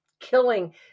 killing